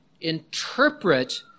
interpret